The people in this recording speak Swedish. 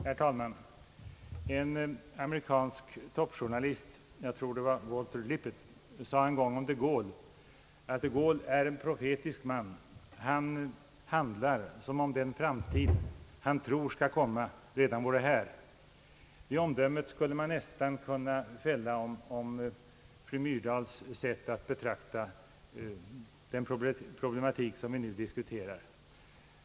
Herr talman! En amerikansk topp journalist — jag tror det var Walter Lippman — sade en gång om de Gaulle, att han var en profetisk man — han handlade som om den framtid han trodde skulle komma, redan vore här. Det omdömet skulle man nästan kunna fälla om fru Myrdals sätt att betrakta den problematik som vi nu diskuterar.